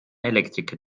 elektriker